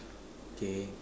okay